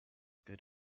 good